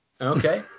okay